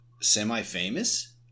semi-famous